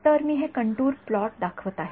तर मी हे कंटूर प्लॉट दाखवत आहे